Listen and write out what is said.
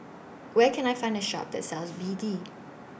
Where Can I Find A Shop that sells B D